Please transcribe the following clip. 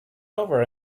over